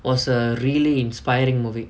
was a really inspiring movie